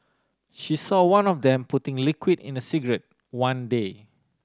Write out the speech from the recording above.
she saw one of them putting liquid in a cigarette one day